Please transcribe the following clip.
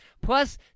Plus